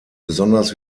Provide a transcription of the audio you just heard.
besonders